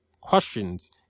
Questions